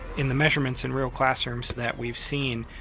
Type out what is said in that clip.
in the measurements in real classrooms that we've seen,